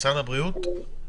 משרד הבריאות.